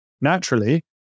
naturally